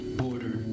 border